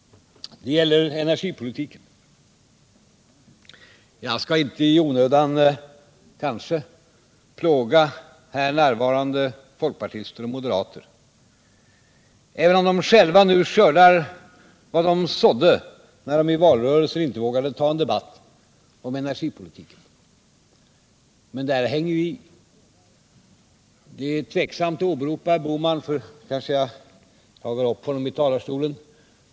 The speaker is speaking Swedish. Det gäller energipolitiken. Jag skall kanske inte i onödan plåga närvarande folkpartister och moderater, även om de själva nu skördar vad de sådde, när de i valrörelsen inte vågade ta en debatt om energipolitiken. Jag tvekar att åberopa Bohman, för då jagar jag kanske upp honom i talarstolen.